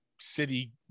city